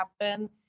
happen